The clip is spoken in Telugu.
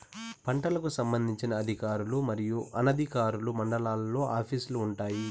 పంటలకు సంబంధించిన అధికారులు మరియు అనధికారులు మండలాల్లో ఆఫీస్ లు వుంటాయి?